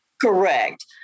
Correct